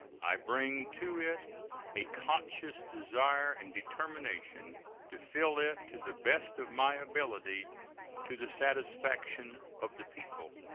i bring to it a conscious desire and determination to fill it to the best of my ability to the satisfaction of the people.